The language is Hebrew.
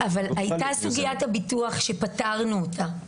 עלתה סוגיית הביטוח ופתרנו אותה.